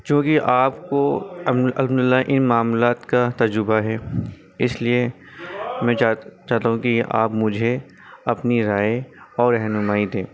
چونکہ آپ کو الحمدللہ ان معاملات کا تجربہ ہے اس لیے میں چاہ چاہتا ہوں کہ آپ مجھے اپنی رائے اور رہنمائی دیں